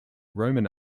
roman